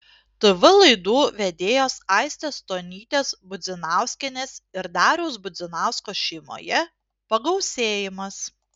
tv laidų vedėjos aistės stonytės budzinauskienės ir dariaus budzinausko šeimoje pagausėjimas